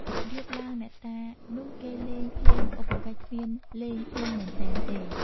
របៀបឡើងអ្នកតានោះ គេលេង ភ្លេងឧបកិច្ចគ្មានលេងភ្លេងមែនទែនទេ។